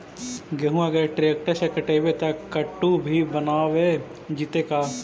गेहूं अगर ट्रैक्टर से कटबइबै तब कटु भी बनाबे जितै का?